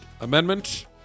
Amendment